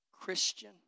Christian